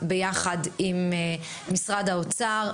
נניח שיהיו מתמחים ומתמחות שיעדיפו לעבוד קצת פחות